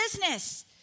business